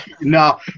No